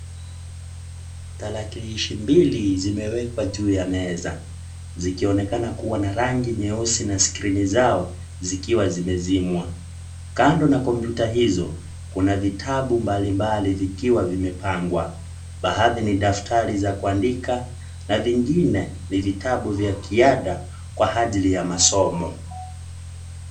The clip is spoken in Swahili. Tarakilishi mbili zimewekwa juu ya meza, zikionekana kuwa na rangi nyeusi na skrini zao zikiwa zimezimwa. Kando na kompyuta hizo, kuna vitabu mbalimbali vikiwa vimepangwa. Baadhi ni daftari za kuandika na vingine ni vitabu vya kiada kwa ajili ya masomo.